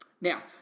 Now